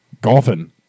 Golfing